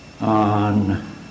on